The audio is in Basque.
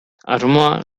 asmoa